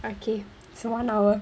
alright okay so one hour